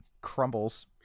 crumbles